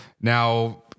Now